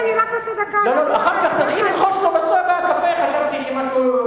אני רק, אחר כך תלכי ללחוש לו, בקפה, אוקיי.